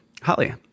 Holly